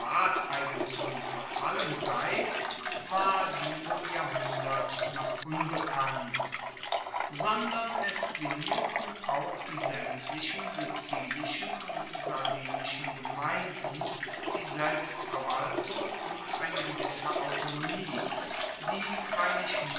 privateigentum verfallen sei war diesem jahrhundert noch unbekannt sondern es behielten auch die saemtlichen sizilischen und sardinischen gemeinden die selbstverwaltung und eine gewisse autonomie die freilich